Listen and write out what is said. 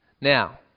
Now